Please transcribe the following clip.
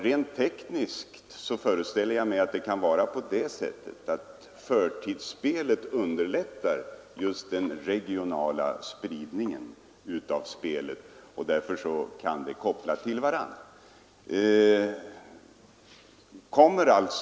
Rent tekniskt föreställer jag mig att det kan vara så att förtidsspelet underlättar den regionala spridningen av spelet. På det sättet kan detta spel kopplas till syftet att sprida verksamheten regionalt.